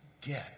Get